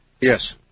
Yes